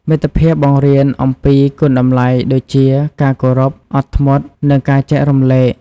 មិត្តភាពបង្រៀនអំពីគុណតម្លៃដូចជា ការគោរព អត់ធ្មត់ និងការចែករំលែក។